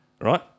right